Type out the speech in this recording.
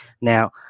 Now